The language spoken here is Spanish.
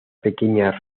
pequeñas